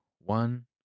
one